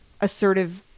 assertive